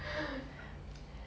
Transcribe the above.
kay kay next next